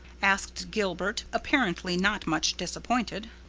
asked gilbert, apparently not much disappointed.